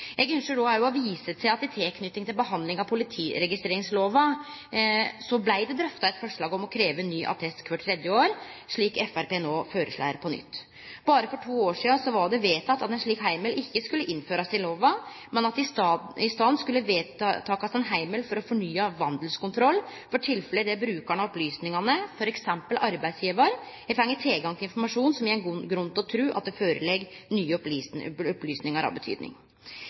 Eg ynskjer òg å vise til at det i samband med behandlinga av politiregisterlova blei drøfta eit forslag om å krevje ny attest kvart tredje år, slik Framstegspartiet no foreslår på nytt. Berre for to år sidan vart det vedteke at ein slik heimel ikkje skulle innførast i lova, men at det i staden skulle vedtakast ein heimel for å fornye vandelskontroll for tilfelle der brukaren av opplysningane, f.eks. arbeidsgjevar, har fått tilgang til informasjon som gjev grunn til å tru at det føreligg nye opplysningar av betydning.